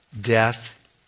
death